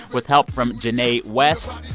with help from jinae west.